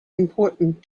important